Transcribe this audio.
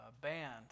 band